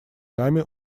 нами